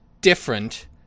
different